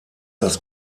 das